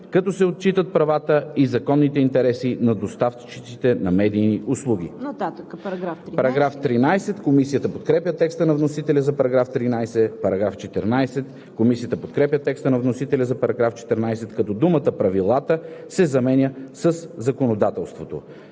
като се отчитат правата и законните интереси на доставчиците на медийни услуги.“ Комисията подкрепя текста на вносителя за § 13. Комисията подкрепя текста на вносителя за § 14, като думата „правилата“ се заменя със „законодателството“.